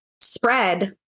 spread